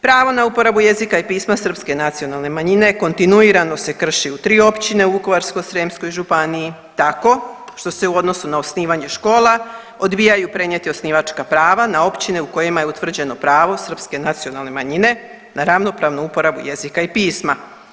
Pravo na uporabu jezika i pisma srpske nacionalne manjine kontinuirano se krši u tri općine u Vukovarsko-srijemskoj županiji tako što se u odnosu na osnivanje škola odbijaju prenijeti osnivačka prava na općine u kojima je utvrđeno pravo srpske nacionalne manjine na ravnopravnu uporabu jezika i pisma.